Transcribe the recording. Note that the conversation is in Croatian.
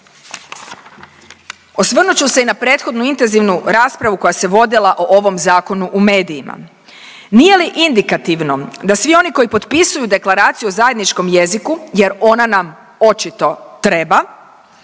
Osvrnut ću se i na prethodnu intenzivnu raspravu koja se vodila o ovom zakonu u medijima. Nije li indikativno da svi oni koji potpisuju Deklaraciju o zajedničkom jeziku jer ona nam očito treba,